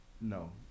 No